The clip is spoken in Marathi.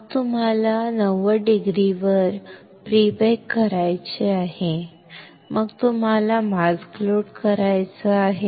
मग तुम्हाला 90 डिग्रीवर प्री बेक करायचे आहे मग तुम्हाला मास्क लोड करायचा आहे